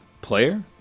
Player